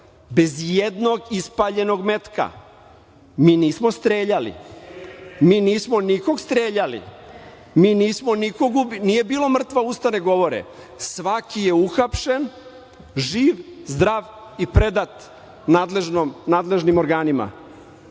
bez ijednog ispaljenog metka. Mi nismo streljali, mi nismo nikog streljali, mi nisko nikog ubili, nije bilo – mrtva usta ne govore, svaki je uhapšen živ, zdrav i predat nadležnim organima. Znate,